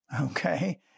okay